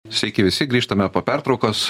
sveiki visi grįžtame po pertraukos